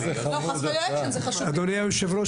אדוני היו"ר,